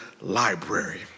library